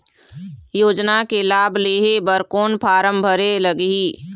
योजना के लाभ लेहे बर कोन फार्म भरे लगही?